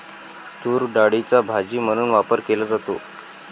तूरडाळीचा भाजी म्हणून वापर केला जातो